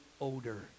odor